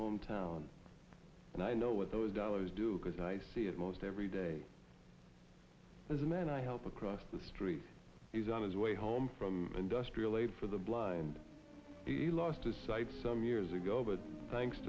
home town and i know what those dollars do because i see it most every day as a man i help across the street is on his way home from industrial aid for the blind he lost his sight some years ago but thanks